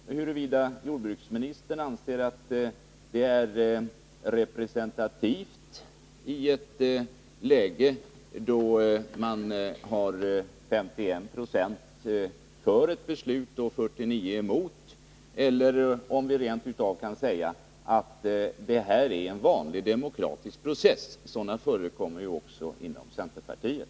Jag vet inte vad jordbruksministern anser vara representativt i ett läge där 51 96 är för ett beslut och 49 96 emot. Vi kanske rent av kan säga att det här är fråga om en vanlig demokratisk process — sådana förekommer ju också inom centerpartiet.